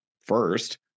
first